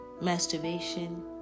masturbation